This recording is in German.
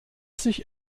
sich